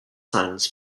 suns